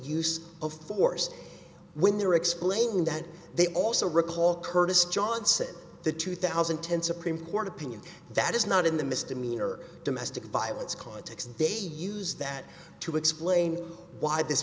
use of force when they're explaining that they also recall curtis johnson the two thousand and ten supreme court opinion that is not in the mr mean or domestic violence context they use that to explain why this